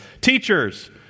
Teachers